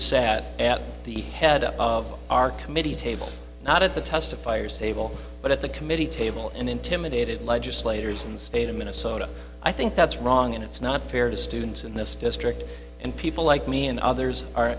sat at the head of our committee table not at the testifiers table but at the committee table and intimidated legislators in the state of minnesota i think that's wrong and it's not fair to students in this district and people like me and others are